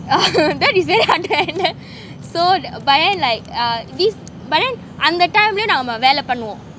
so but then like this but then அந்த:antha time lah நம்ம வேல பண்ணுவோம்:namma vela pannuvom